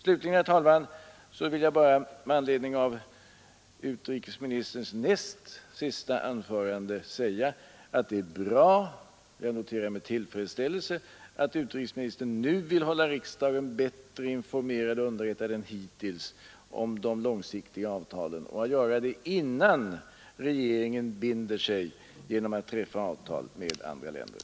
Slutligen, herr talman, vill jag bara med anledning av utrikesministerns näst senaste anförande säga att jag noterar med tillfredsställelse att utrikesministern nu vill hålla riksdagen bättre informerad än hittills om de långsiktiga avtalen — och göra det innan regeringen binder sig genom Nr 72 t träfi ä G att träffa avtal med andra länder.